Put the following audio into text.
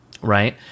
Right